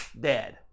dead